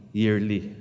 yearly